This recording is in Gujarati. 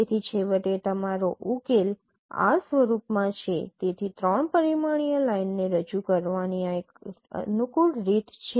તેથી છેવટે તમારો ઉકેલ આ સ્વરૂપમાં છે તેથી ૩ પરિમાણીય લાઇનને રજૂ કરવાની આ એક અનુકૂળ રીત છે